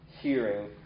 hearing